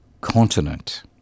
continent